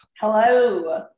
Hello